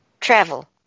Travel